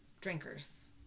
drinkers